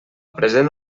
present